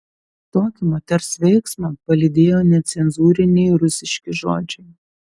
tokį moters veiksmą palydėjo necenzūriniai rusiški žodžiai